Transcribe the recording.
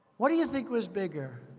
what do you think was bigger?